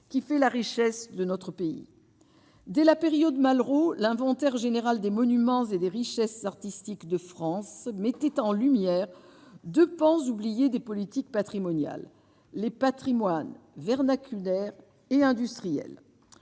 qui fait la richesse de notre pays dès la période Malraux l'inventaire général des monuments et des richesses artistiques de France se mettait en lumière de pense oubliée des politiques patrimoniales, les Patrimoine vernaculaire et industriels